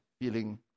feeling